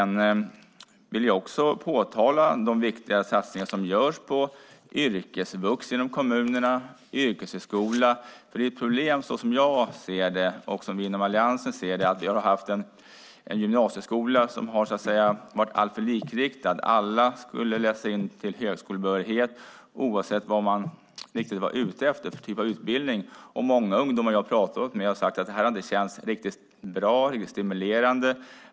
Jag vill också peka på de satsningar som inom kommunerna görs på yrkesvux och yrkeshögskola. Som jag och vi inom Alliansen ser detta är det ett problem att gymnasieskolan tidigare varit alltför likriktad. Alla skulle läsa till högskolebehörighet, oavsett vilken typ av utbildning man var ute efter. Många ungdomar som jag pratat med har sagt att det aldrig känts riktigt bra och inte riktigt stimulerande.